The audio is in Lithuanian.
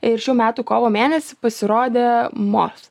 ir šių metų kovo mėnesį pasirodė mos